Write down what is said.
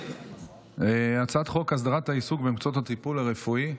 הצעת חוק הסדרת העיסוק במקצועות הטיפול הרפואי,